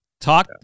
Talk